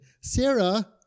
Sarah